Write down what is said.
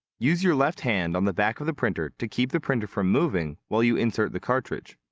use your left hand on the back of the printer to keep the printer from moving while you insert the cartridge.